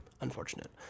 Unfortunate